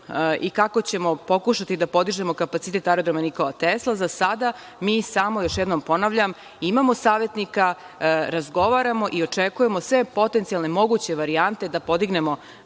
i kako ćemo pokušati da podižemo kapacitet Aerodroma „Nikola Tesla“. Za sada, mi samo, još jednom ponavljam, imamo savetnika, razgovaramo i očekujemo sve potencijalne, moguće varijante da podignemo